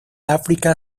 áfrica